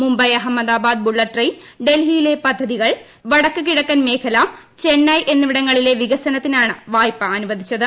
Mumbai Ahmedabad bullet train ഡൽഹിയിലെ പദ്ധതികൾ വടക്ക് കിഴക്കൻ മേഖല ചെന്നൈ എന്നിവിടങ്ങളിലെ വികസനത്തിനാണ് വായ്പ അനുവദിച്ചത്